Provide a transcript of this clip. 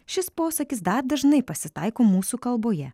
šis posakis dar dažnai pasitaiko mūsų kalboje